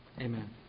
Amen